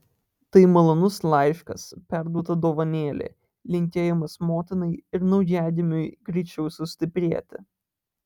tai malonus laiškas perduota dovanėlė linkėjimas motinai ir naujagimiui greičiau sustiprėti